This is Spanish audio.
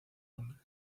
hombres